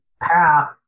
path